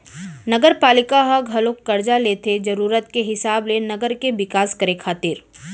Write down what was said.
नगरपालिका ह घलोक करजा लेथे जरुरत के हिसाब ले नगर के बिकास करे खातिर